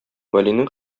вәлинең